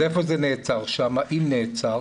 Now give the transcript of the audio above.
אז איפה זה נעצר שם, אם נעצר?